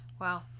Wow